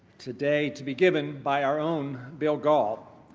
today to be given by our own bill gahl.